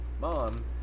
Mom